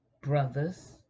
brothers